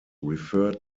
refer